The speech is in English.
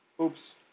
oops